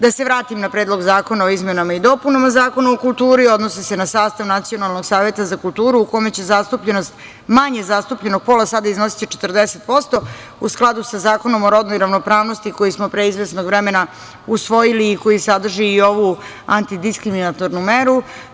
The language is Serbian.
Da se vratim na Predlog zakona o izmenama i dopunama Zakona o kulturi odnosi se na sastav Nacionalnog saveta za kulturu u kome će zastupljenost manje zastupljenog pola sata iznositi 40% u skladu sa Zakonom o rodnoj ravnopravnosti, koji smo pre izvesnog vremena usvojili i koji sadrži i ovu antidiskriminatornu meru.